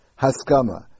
haskama